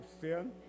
sin